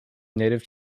native